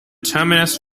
terminus